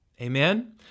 Amen